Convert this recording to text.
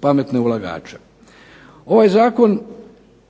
pametne ulagače.